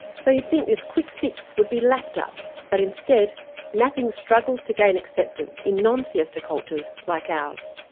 so you'd think this quick fix would be lapped up but instead napping struggles to gain acceptance in non-siesta cultures like ours.